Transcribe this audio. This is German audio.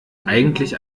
eigentlich